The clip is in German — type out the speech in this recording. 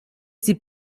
sie